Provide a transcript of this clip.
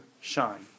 shine